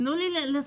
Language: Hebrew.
תנו לי לסיים.